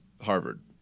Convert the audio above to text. Harvard